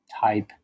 type